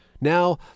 Now